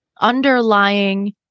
underlying